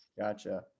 Gotcha